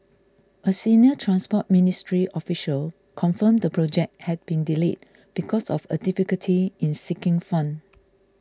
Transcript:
a senior Transport Ministry official confirmed the project had been delayed because of a difficulty in seeking fund